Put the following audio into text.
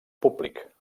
públic